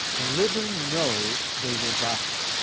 the living know they will die,